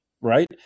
right